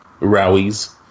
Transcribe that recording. Rowies